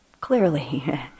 clearly